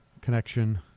connection